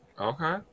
Okay